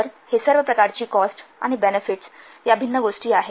तर हे सर्व प्रकारची कॉस्ट आणि बेनेफिट्स या भिन्न गोष्टी आहेत